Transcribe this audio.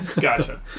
Gotcha